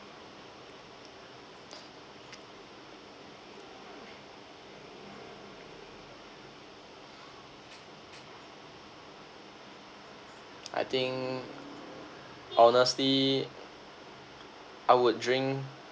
I think honestly I would drink